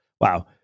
wow